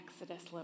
Exodus